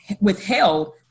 withheld